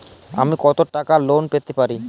আমি কত টাকা লোন পেতে পারি?